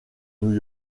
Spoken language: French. new